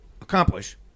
accomplish